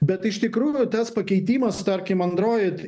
bet iš tikrųjų tas pakeitimas tarkim android